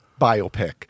biopic